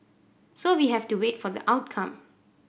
so we have to wait for the outcome